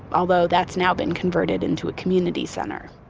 although that's now been converted into a community center.